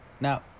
Now